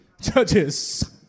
Judges